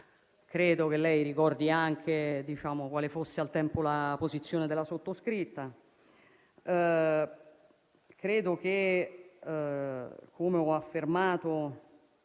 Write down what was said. e credo ricordi anche quale fosse, al tempo, la posizione della sottoscritta. Ritengo che, come ho affermato